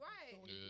Right